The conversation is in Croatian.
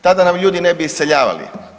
Tada nam ljudi ne bi iseljavali.